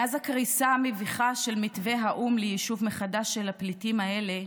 מאז הקריסה המביכה של מתווה האו"ם ליישוב מחדש של הפליטים האלה,